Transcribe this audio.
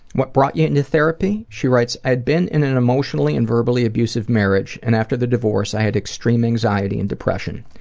what brought you into therapy? she writes, i'd been in an emotionally and verbally abusive marriage and after the divorce i had extreme anxiety and depression.